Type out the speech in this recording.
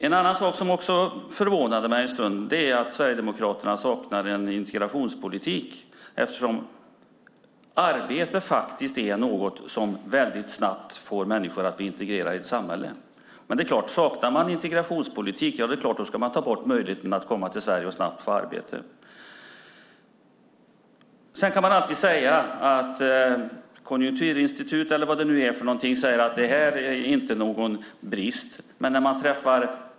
En annan sak som förvånade mig är att Sverigedemokraterna saknar en integrationspolitik eftersom arbete faktiskt är något som får människor att snabbt bli integrerade i ett samhälle. Men, det är klart, saknar man integrationspolitik ska man ta bort möjligheten att komma till Sverige och snabbt få arbete. Man kan ju säga att Konjunkturinstitutet eller andra säger att det inte är någon brist.